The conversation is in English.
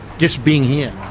just being here?